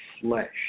flesh